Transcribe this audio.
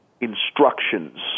instructions